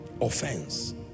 Offense